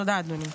תודה, אדוני.